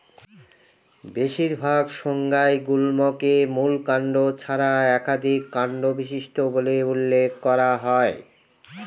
বেশিরভাগ সংজ্ঞায় গুল্মকে মূল কাণ্ড ছাড়া একাধিক কাণ্ড বিশিষ্ট বলে উল্লেখ করা হয়